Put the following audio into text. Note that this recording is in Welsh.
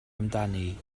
amdani